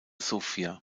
sofia